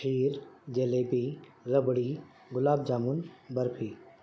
کھیر jalebi rabri gulab jamun barfi